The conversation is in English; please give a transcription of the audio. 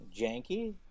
janky